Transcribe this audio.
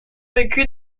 vécu